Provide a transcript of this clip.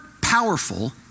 powerful